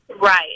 right